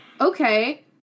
okay